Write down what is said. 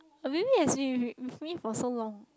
maybe has been with me for so long